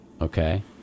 Okay